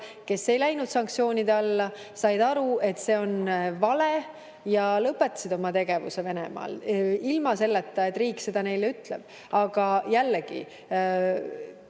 kes ei läinud sanktsioonide alla. Nad said aru, et see on vale, ja lõpetasid oma tegevuse Venemaal ilma selleta, et riik seda neile ütleks. Aga jällegi,